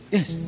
Yes